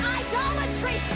idolatry